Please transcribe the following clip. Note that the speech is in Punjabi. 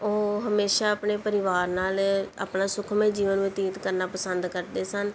ਉਹ ਹਮੇਸ਼ਾ ਆਪਣੇ ਪਰਿਵਾਰ ਨਾਲ ਆਪਣਾ ਸੁਖਮਈ ਜੀਵਨ ਬਤੀਤ ਕਰਨਾ ਪਸੰਦ ਕਰਦੇ ਸਨ